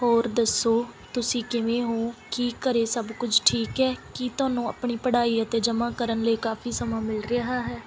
ਹੋਰ ਦੱਸੋ ਤੁਸੀਂ ਕਿਵੇਂ ਹੋ ਕੀ ਘਰੇ ਸਭ ਕੁਝ ਠੀਕ ਹੈ ਕੀ ਤੁਹਾਨੂੰ ਆਪਣੀ ਪੜ੍ਹਾਈ ਅਤੇ ਜਮ੍ਹਾ ਕਰਨ ਲਈ ਕਾਫ਼ੀ ਸਮਾਂ ਮਿਲ ਰਿਹਾ ਹੈ